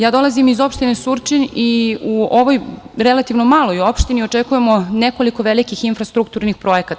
Ja dolazim iz opštine Surčin i u ovoj relativno maloj opštini očekujemo nekoliko velikih infrastrukturnih projekata.